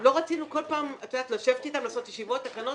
לא רצינו כל פעם לשבת אתם ולעשות ישיבות, תקנות,